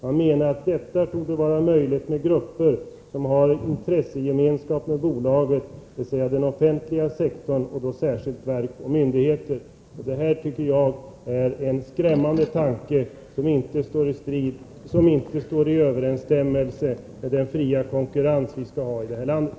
Man menar att detta torde vara möjligt med grupper som har intressegemenskap med bolaget, dvs. den offentliga sektorn och då särskilt verk och myndigheter.” Detta tycker jag är en skrämmande tanke, som inte står i överensstämmelse med den fria konkurrens som vi skall ha i det här landet.